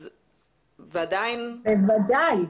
בוודאי.